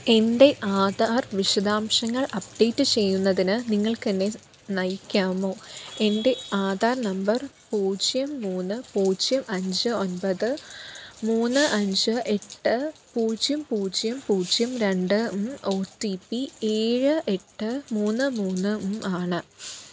എൻ്റെ ആധാർ വിശദാംശങ്ങൾ അപ്ഡേറ്റ് ചെയ്യുന്നതിന് നിങ്ങൾക്ക് എന്നെ നയിക്കാമോ എൻ്റെ ആധാർ നമ്പർ പൂജ്യം മൂന്ന് പൂജ്യം അഞ്ച് ഒൻപത് മൂന്ന് അഞ്ച് എട്ട് പൂജ്യം പൂജ്യം പൂജ്യം രണ്ട് രണ്ടും ഒ റ്റി പി ഏഴ് എട്ട് മൂന്ന് മൂന്നും ആണ്